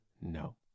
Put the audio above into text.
No